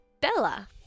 Bella